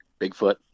Bigfoot